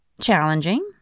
challenging